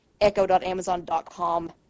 echo.amazon.com